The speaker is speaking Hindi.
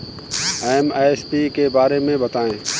एम.एस.पी के बारे में बतायें?